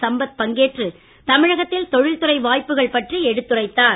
சம்பத் பங்கேற்று தமிழகத்தில் தொழில்துறை வாய்ப்புகள் பற்றி எடுத்துரைத்தார்